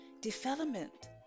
development